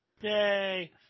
Yay